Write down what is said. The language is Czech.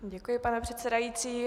Děkuji, pane předsedající.